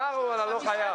הפער הוא על הלא-חייב.